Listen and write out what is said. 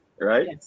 right